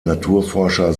naturforscher